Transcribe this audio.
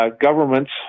Governments